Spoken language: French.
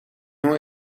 ont